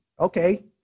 Okay